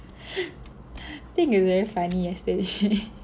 I think it was very funny yesterday